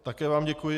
Také vám děkuji.